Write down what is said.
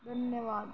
دھنیہ واد